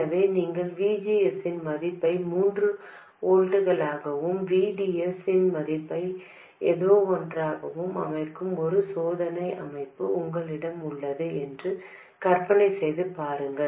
எனவே நீங்கள் V G S இன் மதிப்பை மூன்று வோல்ட்களாகவும் V DS இன் மதிப்பை ஏதோவொன்றாகவும் அமைக்கும் ஒரு சோதனை அமைப்பு உங்களிடம் உள்ளது என்று கற்பனை செய்து பாருங்கள்